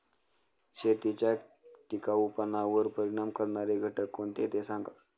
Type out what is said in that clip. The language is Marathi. शेतीच्या टिकाऊपणावर परिणाम करणारे घटक कोणते ते सांगा